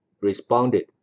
responded